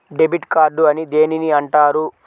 Debit card అని దేనిని అంటారు?